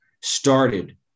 started